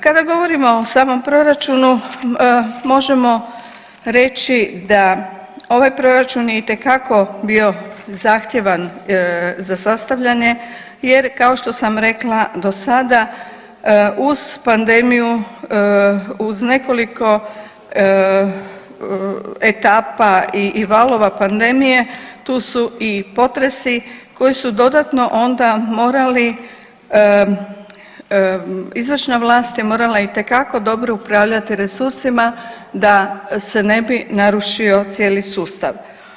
Kada govorimo o samom Proračunu, možemo reći da ovaj Proračun je itekako bio zahtjevan za sastavljanje jer, kao što sam rekla, do sada uz pandemiju, uz nekoliko etapa i valova pandemije, tu su i potresi koji su dodatno onda morali, izvršna vlast je morala itekako dobro upravljati resursima da se ne bi narušio cijeli sustav.